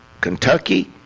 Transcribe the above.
Kentucky